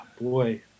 boy